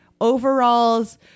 overalls